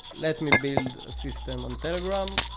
let me build a system on telegram,